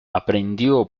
aprendió